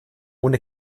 ohne